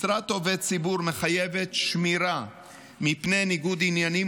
משרת עובד ציבור מחייבת שמירה מפני ניגוד עניינים,